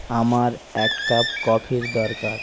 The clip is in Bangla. আমার এক কাপ কফির দরকার